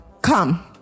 come